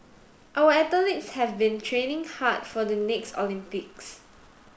our athletes have been training hard for the next Olympics